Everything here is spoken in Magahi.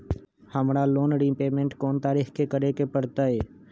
हमरा लोन रीपेमेंट कोन तारीख के करे के परतई?